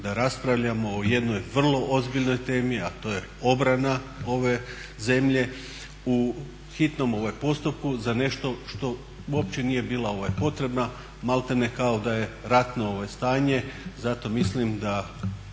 da raspravljamo o jednoj vrlo ozbiljnoj temi, a to je obrana ove zemlje u hitnom postupku za nešto što uopće nije bila potrebna. Maltene kao da je ratno stanje. Zato mislim da,